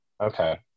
Okay